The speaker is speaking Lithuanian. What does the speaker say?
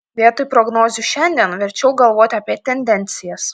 vietoj prognozių šiandien verčiau galvoti apie tendencijas